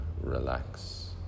relax